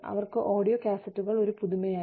അവർക്ക് ഓഡിയോ കാസറ്റുകൾ ഒരു പുതുമയായിരുന്നു